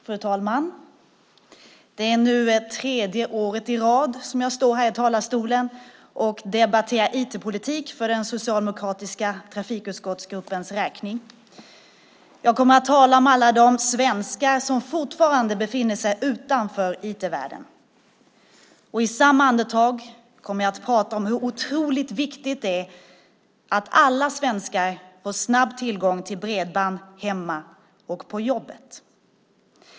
Fru talman! Det är nu tredje året i rad som jag står här i talarstolen och debatterar IT-politik för den socialdemokratiska trafikutskottsgruppens räkning. Jag kommer att tala om alla de svenskar som fortfarande befinner sig utanför IT-världen. Och i samma andetag kommer jag att prata om hur otroligt viktigt det är att alla svenskar får snabb tillgång till bredband hemma och på jobbet.